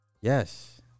Yes